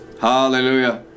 Hallelujah